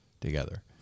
together